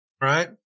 right